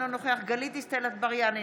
אינו נוכח גלית דיסטל אטבריאן,